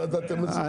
לא ידעתם את זה?